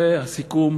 זה הסיכום